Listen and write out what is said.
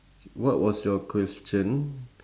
what was your question